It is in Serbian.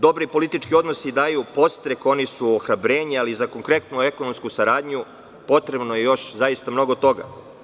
Dobri politički odnosi daju podstrek, oni su ohrabrenje, ali za konkretnu ekonomsku saradnju potrebno je još mnogo toga.